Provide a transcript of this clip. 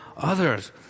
others